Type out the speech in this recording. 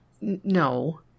No